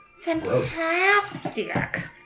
Fantastic